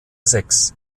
sechs